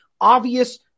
obvious